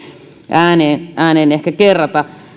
ääneen ääneen kerrata